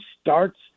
starts